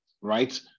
right